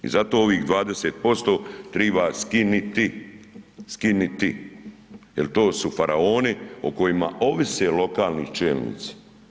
I zato ovih 20% triba skiniti, skiniti jer to su faraoni o kojima ovise lokalni čelnici.